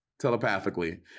telepathically